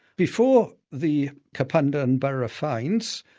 before the kapunda and burra finds,